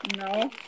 No